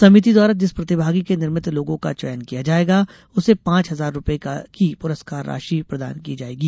समिति द्वारा जिस प्रतिभागी के निर्मित लोगो का चयन किया जायेगा उसे पांच हजार रूपये की पुरस्कार राशि प्रदान की जायेगी